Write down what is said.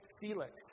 Felix